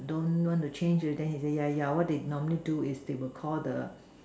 don't want to change they have yeah yeah what did the normally do is we called the